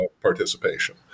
participation